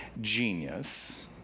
genius